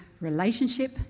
relationship